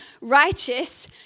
righteous